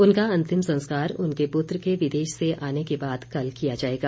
उनका अंतिम संस्कार उनके पुत्र को विदेश से आने के बाद कल किया जायेगा